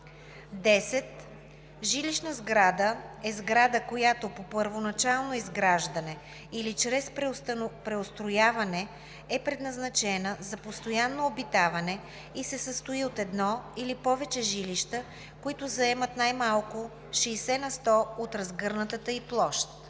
10. „Жилищна сграда“ е сграда, която по първоначално изграждане или чрез преустрояване е предназначена за постоянно обитаване и се състои от едно или повече жилища, които заемат най-малко 60 на сто от разгънатата й площ.